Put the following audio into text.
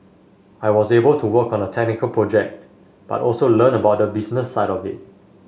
I was able to work on a technical project but also learn about the business side of it